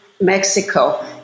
Mexico